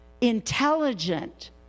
Intelligent